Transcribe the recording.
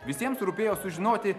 visiems rūpėjo sužinoti